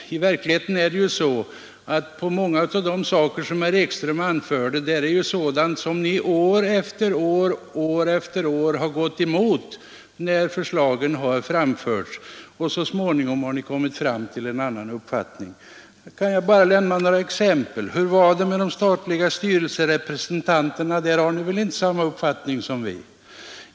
I verkligheten är det ju så att många av de saker som herr Ekström talade om är sådant som ni år efter år gått emot, när förslag har framförts. I vissa fall har ni så småningom ändrat uppfattning. Jag kan lämna några exempel. Hur var det med de statliga styrelserepresentanterna? Där har ni väl inte samma uppfattning som vi.